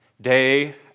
Day